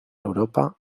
europa